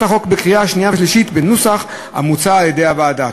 החוק בקריאה השנייה והשלישית בנוסח המוצע על-ידי הוועדה.